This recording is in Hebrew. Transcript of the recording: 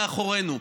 הדרמה מאחורינו.